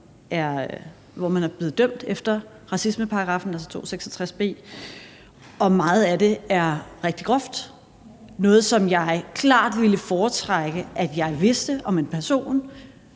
hvor man er blevet dømt efter racismeparagraffen, altså § 266 b, og meget af det er rigtig groft – noget, som jeg klart ville foretrække at jeg vidste om en person,